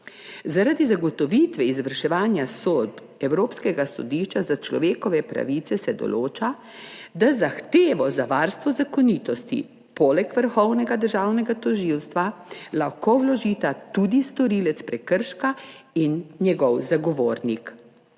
Zaradi zagotovitve izvrševanja sodb Evropskega sodišča za človekove pravice se določa, da lahko zahtevo za varstvo zakonitosti poleg Vrhovnega državnega tožilstva vložita tudi storilec prekrška in njegov zagovornik.